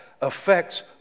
affects